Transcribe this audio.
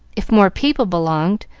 if more people belonged,